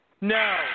No